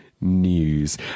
news